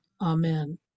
Amen